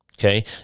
Okay